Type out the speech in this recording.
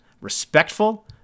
respectful